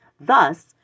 Thus